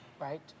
right